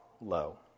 low